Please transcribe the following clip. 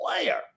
player